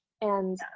and-